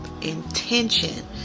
intention